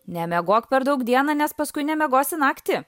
nemiegok per daug dieną nes paskui nemiegosi naktį